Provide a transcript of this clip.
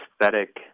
aesthetic